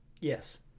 Yes